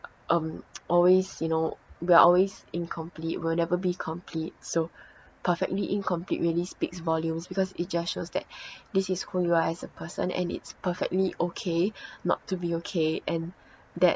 um always you know we're always incomplete we'll never be complete so perfectly incomplete really speaks volumes because it just shows that this is who you are as a person and it's perfectly okay not to be okay and that